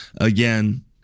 Again